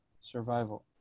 survival